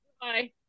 Bye